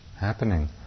happening